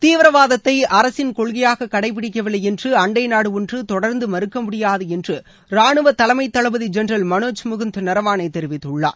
தீவிரவாதத்தை அரசின் கொள்கையாக கடைபிடிக்கவில்லை என்று அண்டை நாடு ஒன்று தொடர்ந்து மறுக்க முடியாது என்று ரானுவ தலைமை தளபதி ஜென்ரல் மனோஜ் முகுந்த் நரவாளே தெரிவித்துள்ளார்